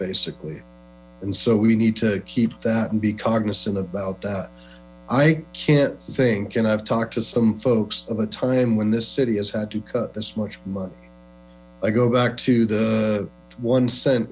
basically and so we need to keep that and be cognizant about that i can't think and i've talked to some folks of a time when this city has had to cut this much money i go back to the one cent